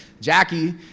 Jackie